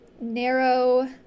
narrow